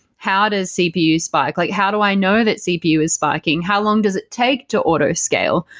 how does cpu spike? like how do i know that cpu is spiking? how long does it take to auto-scale?